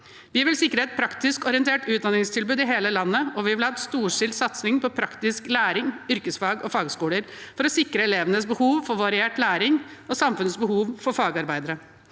Vi vil sikre et praktisk orientert utdanningstilbud i hele landet, og vi vil ha en storstilt satsing på praktisk læring, yrkesfag og fagskoler for å sikre elevenes behov for variert læring og samfunnets behov for fagarbeidere.